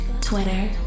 Twitter